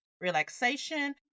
relaxation